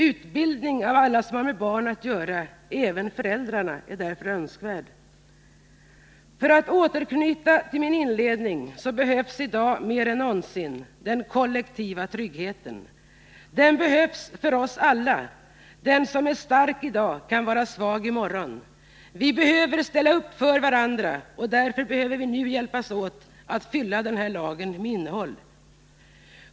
Utbildning av alla som har med barn att göra — även föräldrar — är därför önskvärd. För att återknyta till inledningen av mitt anförande vill jag säga att i dag behövs den kollektiva tryggheten mer än någonsin. Den behövs för oss alla — den som är stark i dag kan vara svag i morgon. Vi behöver ställa upp för varandra, och därför behöver vi nu hjälpas åt att fylla den här lagen med innehåll.